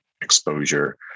exposure